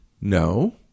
No